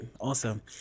Awesome